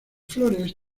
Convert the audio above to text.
flores